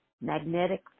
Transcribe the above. magnetic